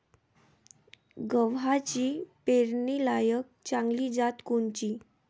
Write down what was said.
गव्हाची पेरनीलायक चांगली जात कोनची?